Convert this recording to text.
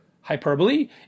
hyperbole